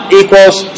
equals